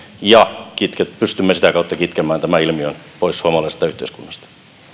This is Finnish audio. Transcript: ja sitä kautta kitkemään tämän ilmiön pois suomalaisesta yhteiskunnasta